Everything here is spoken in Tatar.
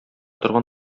торган